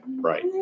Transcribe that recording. Right